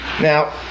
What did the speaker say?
Now